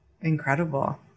incredible